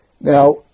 Now